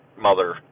mother